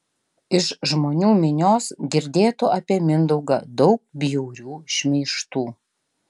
iš žmonių minios girdėtų apie mindaugą daug bjaurių šmeižtų